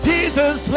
Jesus